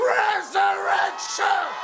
resurrection